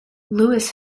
lewis